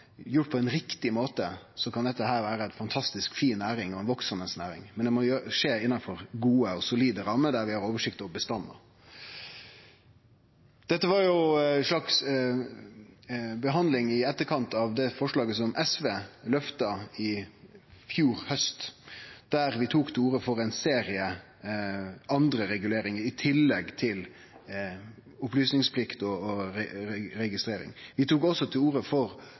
Gjort på ein riktig måte kan dette vere ei fantastisk fin og veksande næring, men det må skje innanfor gode og solide rammer der vi har oversikt over bestanden. Dette var ei slags behandling i etterkant av det forslaget som SV løfta i fjor haust, der vi tok til orde for ein serie andre reguleringar i tillegg til opplysingsplikt og registrering. Vi tok også til orde for